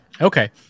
Okay